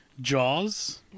Jaws